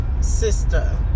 sister